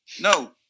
no